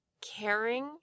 caring